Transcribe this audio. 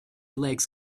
legs